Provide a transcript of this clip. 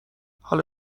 حالا